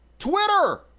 Twitter